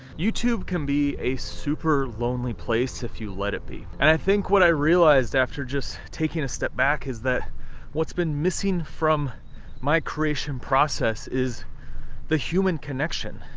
youtube can be a super lonely place if you let it be, and i think what i realized after just taking a step back, is that what's been missing from my creation process is the human connection,